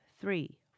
three